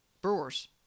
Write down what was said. Brewers